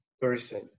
person